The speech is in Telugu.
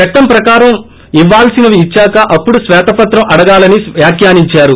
చట్టం ప్రకారం ఇవ్వాల్సినవి ఇద్చాక అప్పుడు శ్వేతపత్రం అడగాలని వ్యాఖ్యానించారు